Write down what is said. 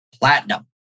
platinum